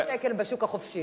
5,000 שקל בשוק החופשי.